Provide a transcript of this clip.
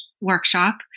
workshop